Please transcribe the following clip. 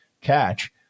catch